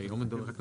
הורדנו לכם את